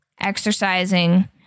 exercising